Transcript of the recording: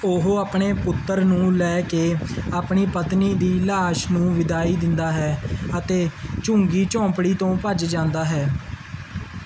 ਉਹ ਆਪਣੇ ਪੁੱਤਰ ਨੂੰ ਲੈ ਕੇ ਆਪਣੀ ਪਤਨੀ ਦੀ ਲਾਸ਼ ਨੂੰ ਵਿਦਾਈ ਦਿੰਦਾ ਹੈ ਅਤੇ ਝੁੱਗੀ ਝੌਂਪੜੀ ਤੋਂ ਭੱਜ ਜਾਂਦਾ ਹੈ